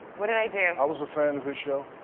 what did i do? i was a fan of his show.